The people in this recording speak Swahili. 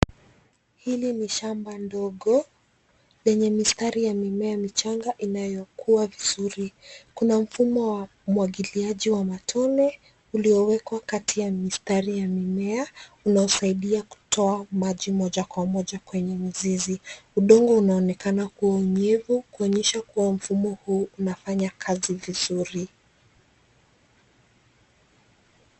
Hili ni shamba ndogo lenye mistari ya mimea michanga inayokuwa vizuri. Kuna mfumo wa umwagiliaji wa matone uliowekwa kati ya mistari ya mimea, unaosaidia kutoa maji moja kwa moja kwenye mzizi. Udongo unaonekana kuwa unyevu, kuonyesha kuwa mfumo huu unafanya kazi vizuri.